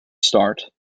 start